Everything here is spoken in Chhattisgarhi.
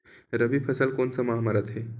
रबी फसल कोन सा माह म रथे?